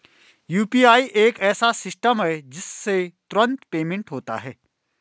UPI एक ऐसा system है जिससे तुरंत पेमेंट होता है